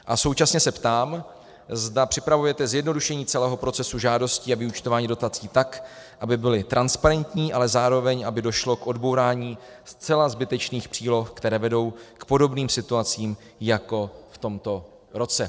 A současně se ptám, zda připravujete zjednodušení celého procesu žádostí a vyúčtování dotací, tak aby byly transparentní, ale zároveň aby došlo k odbourání zcela zbytečných příloh, které vedou k podobným situacím, jako v tomto roce.